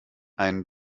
einen